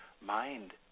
mind